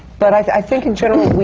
but i think in general,